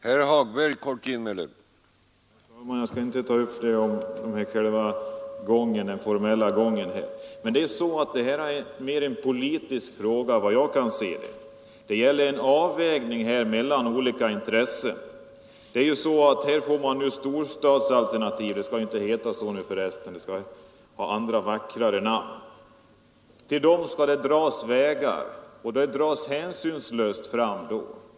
Herr talman! Jag skall inte ta upp den formella gången i detta sammanhnag. Det gäller såvitt jag kan se en politisk fråga, som innefattar en avvägning mellan olika intressen. Det skall nu till storstäderna — det skall för resten inte längre heta så utan det skall ha andra och vackrare namn — anläggas vägar, som dras fram utan att några hänsyn tas.